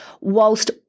whilst